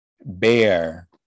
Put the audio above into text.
bear